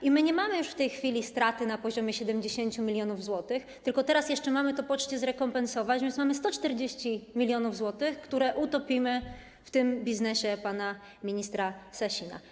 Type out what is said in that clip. I my nie mamy już w tej chwili straty na poziomie 70 mln zł, tylko teraz jeszcze mamy to poczcie zrekompensować, więc mamy 140 mln zł, które utopimy w tym biznesie pana ministra Sasina.